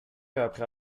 après